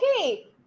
Okay